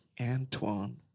Antoine